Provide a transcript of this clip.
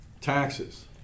taxes